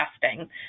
testing